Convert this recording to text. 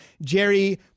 Jerry